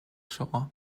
shore